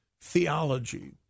theology